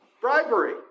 Bribery